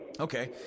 Okay